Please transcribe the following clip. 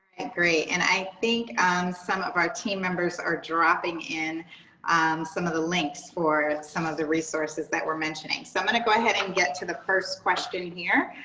and great. and i think some of our team members are dropping in some of the links for some of the resources that we're mentioning. so i'm and going to and get to the first question here.